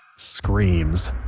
screams